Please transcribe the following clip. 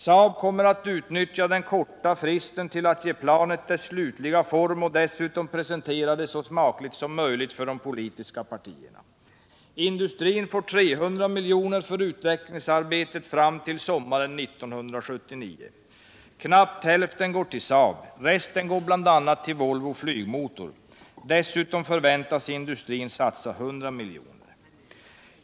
SAAB kommer att utnyttja den korta fristen till att ge planet dess slutliga form och dessutom presentera det så smakligt som möjligt för de politiska partierna. Industrin får 300 miljoner för utvecklingsarbetet fram till sommaren 1979. Knappt hälften går till SAAB. Resten går bl.a. till Volvo flygmotor. Dessutom förväntas industrin satsa 100 miljoner.